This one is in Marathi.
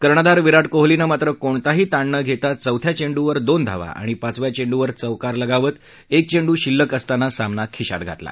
कर्णधार विराट कोहलीनं मात्र कोणताही ताण न घेता चौथ्या चेंडूवर दोन धावा आणि पाचव्या चेंडूवर चौकार फटकावत एक चेंडू शिल्लक असताना सामना खिशात घातला